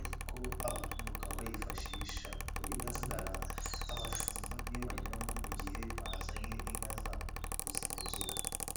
ariko abantu bakaba bayifashisha, uko bigaragara abashumba niyo banyuramo mu gihe bazanye inka zabo kuziragira.